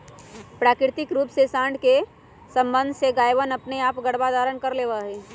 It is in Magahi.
प्राकृतिक रूप से साँड के सबंध से गायवनअपने आप गर्भधारण कर लेवा हई